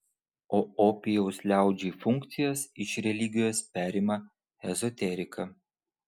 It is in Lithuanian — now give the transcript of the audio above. o opijaus liaudžiai funkcijas iš religijos perima ezoterika